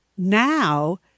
Now